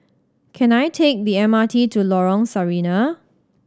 can I take the M R T to Lorong Sarina